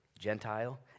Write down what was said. Gentile